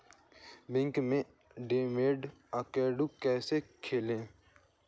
Bank में demat account कैसे खोलें?